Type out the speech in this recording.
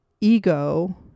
Ego